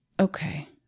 Okay